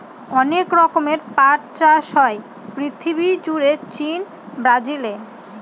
অনেক রকমের পাট চাষ হয় পৃথিবী জুড়ে চীন, ব্রাজিলে